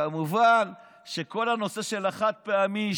כמובן שכל הנושא של החד-פעמי,